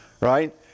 right